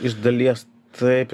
iš dalies taip